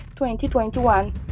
2021